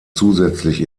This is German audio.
zusätzlich